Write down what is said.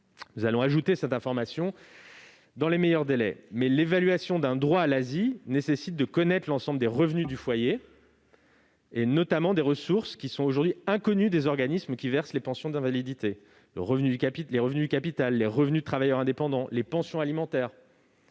nous allons y remédier dans les meilleurs délais. Pour autant, l'évaluation d'un droit à l'ASI nécessite de connaître l'ensemble des revenus du foyer, notamment des ressources qui sont aujourd'hui inconnues des organismes qui versent les pensions d'invalidité : revenus du capital, revenus de travailleur indépendant, ou encore pensions alimentaires.